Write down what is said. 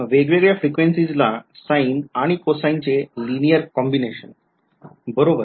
वेगवेगळ्या frequencies ला sines आणि cosines चे लिनियर कॉम्बिनेशन होय बरोबर